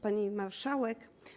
Pani Marszałek!